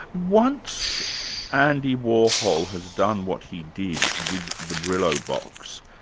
once andy warhol has done what he did with the brillo box,